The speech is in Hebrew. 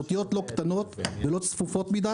באותיות לא קטנות ולא צפופות מדיי".